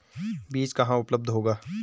बीज कहाँ उपलब्ध होगा?